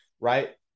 right